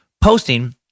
posting